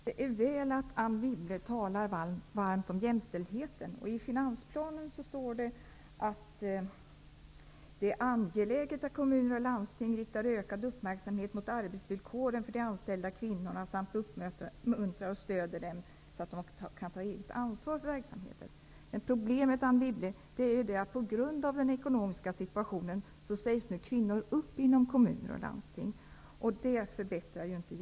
Herr talman! Det är väl att Anne Wibble talar varmt om jämställdheten. I finansplanen står det att det är angeläget att kommuner och landsting riktar ökad uppmärksamhet mot arbetsvillkoren för de anställda kvinnorna samt uppmuntrar och stöder dem så att de kan ta eget ansvar för verksamheten. Problemet, Anne Wibble, är att kvinnor inom kommuner och landsting nu sägs upp på grund av den ekonomiska situationen.